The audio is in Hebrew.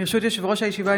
יושב-ראש הישיבה,